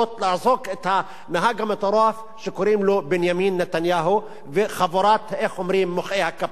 לעצור את הנהג המטורף שקוראים לו בנימין נתניהו וחבורת מוחאי הכפיים.